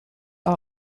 are